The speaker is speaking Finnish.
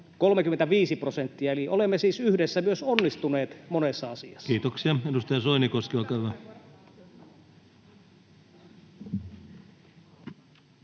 35 prosenttia, eli olemme siis yhdessä myös onnistuneet monessa asiassa. Kiitoksia. — Edustaja Soinikoski, olkaa hyvä.